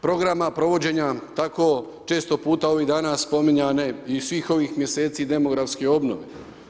Programa provođenja tako često puta ovih dana spominjane i svih ovih mjeseci demografske obnove.